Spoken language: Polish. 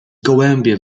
gołębie